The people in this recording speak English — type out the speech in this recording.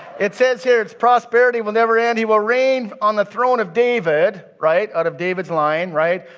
it says here, its prosperity will never end. he will reign on the throne of david, right? out of david's line, right?